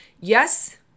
Yes